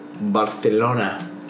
Barcelona